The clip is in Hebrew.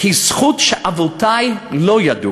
היא זכות שאבותי לא ידעו,